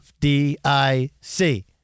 FDIC